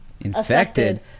Infected